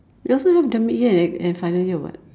they also have the mid year and and final year [what]